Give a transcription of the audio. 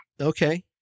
Okay